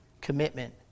Commitment